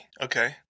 Okay